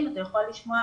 אני לא מדברת